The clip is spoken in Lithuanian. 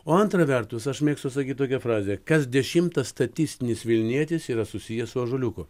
o antra vertus aš mėgstu sakyt tokią frazę kas dešimtas statistinis vilnietis yra susijęs su ąžuoliuku